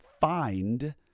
find